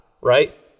right